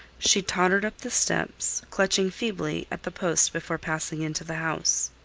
she tottered up the steps, clutching feebly at the post before passing into the house.